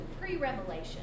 pre-revelation